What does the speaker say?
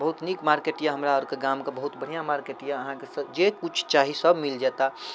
बहुत नीक मार्केट अइ हमरा आओरके गामके बहुत बढ़िआँ मार्केट अइ अहाँके से जे किछु चाही सब मिलि जाएत